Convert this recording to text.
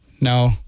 no